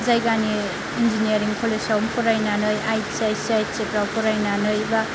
जायगानि इन्जिनियारिं कलेजाव फरायनानै I T I C I T फ्राव फरायनानै बा